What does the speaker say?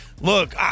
look